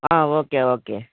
okay okay